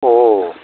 अ